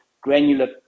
granular